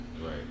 Right